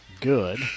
good